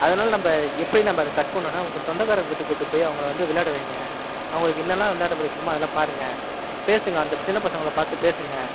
அதனால் நம்ம எப்படி நம்ம அதை கட் பண்ணணும்னால் உங்கள் சொந்தக்காரங்க வீட்டுக்கு கூட்டிகிட்டு போய் அவங்களை வந்து விளையாட வைங்க அவர்களுக்கு என்னெல்லாம் விளையாட பிடிக்கணுமோ அதெல்லாம் பாருங்கள் பேசுங்கள் அந்த சின்ன பசங்களை பார்த்து பேசுங்கள்